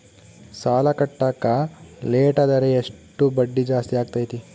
ಸಾಲ ಕಟ್ಟಾಕ ಲೇಟಾದರೆ ಎಷ್ಟು ಬಡ್ಡಿ ಜಾಸ್ತಿ ಆಗ್ತೈತಿ?